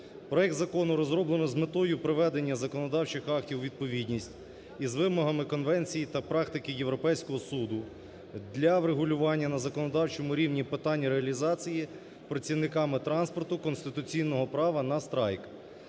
Проект закону розроблено з метою приведення законодавчих актів у відповідність із вимогами конвенції та практики Європейського Суду для врегулювання на законодавчому рівні питання реалізації працівниками транспорту конституційного права на страйк.